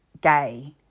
gay